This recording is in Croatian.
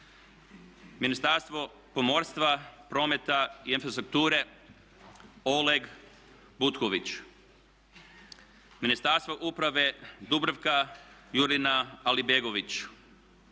Ministarstvo pomorstva, prometa i infrastrukture Oleg Butković. Ministarstvo uprave Dubravka Jurina Alibegović.